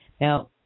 Now